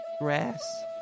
Grass